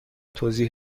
توضیح